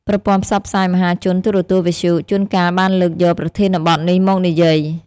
ប្រព័ន្ធផ្សព្វផ្សាយមហាជន ទូរទស្សន៍ វិទ្យុ ជួនកាលបានលើកយកប្រធានបទនេះមកនិយាយ។